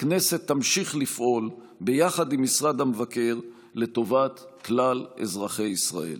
הכנסת תמשיך לפעול ביחד עם משרד המבקר לטובת כלל אזרחי ישראל.